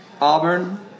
Auburn